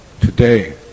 today